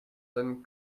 than